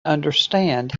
understand